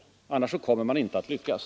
Annars kommer man inte att lyckas.